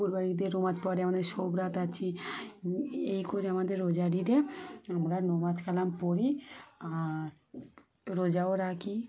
কোরবানিতে নামাজ পড়ে আমাদের সব রাত আছি এই করে আমাদের রোজার ঈদে আমরা নামাজ কলাম পড়ি আর রোজাও রাখি